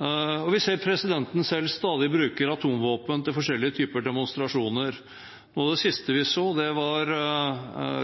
Og vi ser at presidenten selv stadig bruker atomvåpen til forskjellige typer demonstrasjoner. Det siste vi så, var